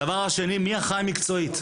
הדבר השני, מי אחראי מקצועית,